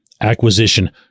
acquisition